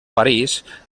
parís